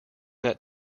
that